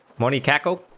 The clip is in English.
twenty tackle